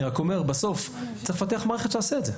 אני רק אומר, בסוף צריך לפתח מערכת שתעשה את זה.